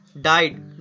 died